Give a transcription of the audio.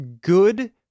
good